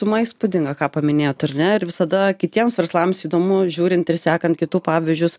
suma įspūdinga ką paminėjot ar ne ir visada kitiems verslams įdomu žiūrint ir sekant kitų pavyzdžius